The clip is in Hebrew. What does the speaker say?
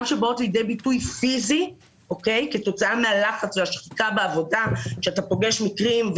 שבאות לידי ביטוי פיזי כתוצאה מהלחץ והשחיקה בעבודה כשאתה פוגש מקרים.